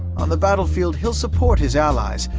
on the battlefield, he'll support his allies,